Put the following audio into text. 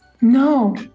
no